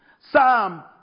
Psalm